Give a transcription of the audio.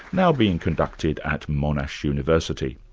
now being conducted at monash university.